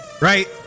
right